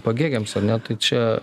pagėgiams ar ne tai čia